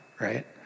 right